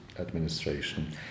administration